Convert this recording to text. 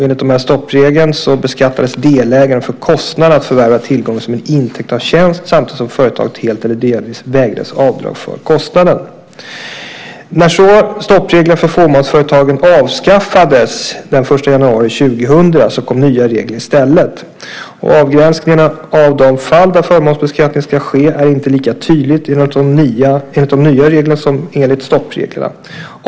Enligt stoppregeln beskattades delägaren för kostnaden att förvärva tillgången som en intäkt av tjänst samtidigt som företaget helt eller delvis vägrades avdrag för kostnaden. När stoppreglerna för fåmansföretagen avskaffades den 1 januari 2000 kom nya regler i stället. Avgränsningarna av de fall där förmånsbeskattning ska ske är inte lika tydliga enligt de nya reglerna som enligt stoppreglerna.